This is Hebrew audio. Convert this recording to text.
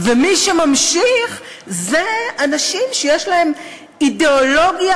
מי שממשיך זה אנשים שיש להם אידיאולוגיה